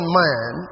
man